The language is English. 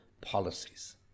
policies